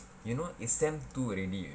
you know it's sem two already